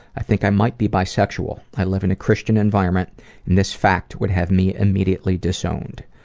i think i might be bisexual. i live in a christian environment and this fact would have me immediately disowned.